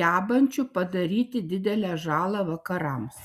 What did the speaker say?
gebančių padaryti didelę žalą vakarams